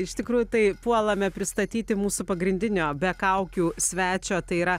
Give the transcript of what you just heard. iš tikrųjų tai puolame pristatyti mūsų pagrindinio be kaukių svečio tai yra